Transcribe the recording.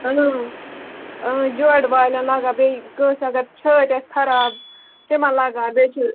اۭں اۭں جوڈٕ والٮ۪ن لَگان بیٚیہِ کٲنٛسہِ اگر چھٲتۍ آسہِ خراب تِمن لَگان بیٚیہِ چھُ